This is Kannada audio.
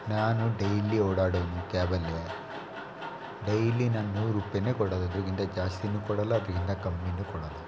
ನಾನು ಡೈಲಿ ಓಡಾಡೋವ್ನು ಕ್ಯಾಬಲ್ಲೇ ಡೈಲಿ ನಾನು ನೂರು ರೂಪಾಯ್ನೆ ಕೊಡದು ಅದ್ರಕ್ಕಿಂತ ಜಾಸ್ತಿನೂ ಕೊಡೋಲ್ಲ ಅದ್ರಕ್ಕಿಂತ ಕಮ್ಮಿನೂ ಕೊಡೋಲ್ಲ